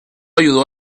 ayudó